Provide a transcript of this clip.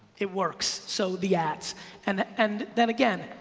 it works. so the ads and and then again,